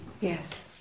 Yes